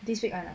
this week [one] lah